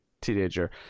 teenager